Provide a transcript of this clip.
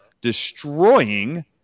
destroying